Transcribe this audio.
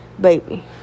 baby